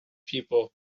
people